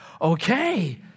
Okay